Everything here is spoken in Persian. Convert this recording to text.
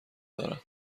دارم